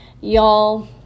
Y'all